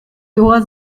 hoher